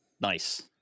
Nice